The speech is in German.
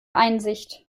einsicht